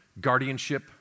guardianship